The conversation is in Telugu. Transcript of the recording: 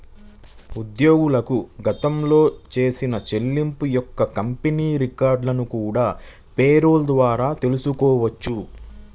ఉద్యోగులకు గతంలో చేసిన చెల్లింపుల యొక్క కంపెనీ రికార్డులను కూడా పేరోల్ ద్వారా తెల్సుకోవచ్చు